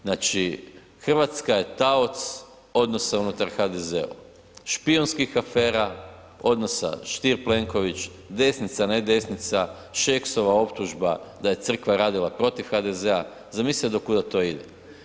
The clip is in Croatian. Znači, Hrvatska je taoc odnosa unutar HDZ-a, špijunskih afera, odnosa Štir – Plenković, desnica, ne desnica, Šeksova optužba da je crkva radila protiv HDZ-a, zamislite do kuda to ide.